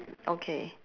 okay